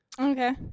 Okay